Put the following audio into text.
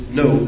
no